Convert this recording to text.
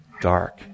dark